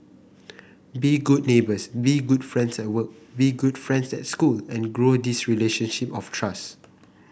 be good neighbours be good friends at work be good friends at school and grow this relationship of trust